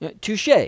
Touche